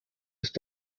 ist